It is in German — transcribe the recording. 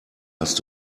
hast